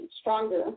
stronger